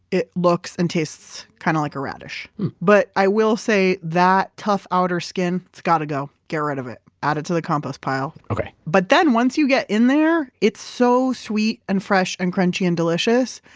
it looks and tastes kind of like a radish but i will say, that tough outer skin, it's got to go. get rid of it. add it to the compost pile. but then once you get in there, it's so sweet and fresh and crunchy and delicious.